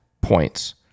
points